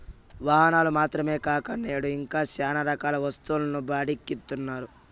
వాహనాలు మాత్రమే కాక నేడు ఇంకా శ్యానా రకాల వస్తువులు బాడుక్కి ఇత్తన్నారు